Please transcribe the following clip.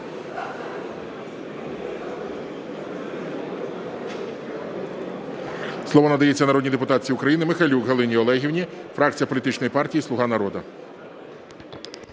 Слово надається народній депутатці України Михайлюк Галині Олегівні, фракція політичної партії "Слуга народу".